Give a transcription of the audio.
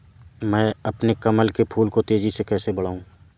मैं अपने कमल के फूल को तेजी से कैसे बढाऊं?